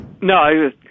No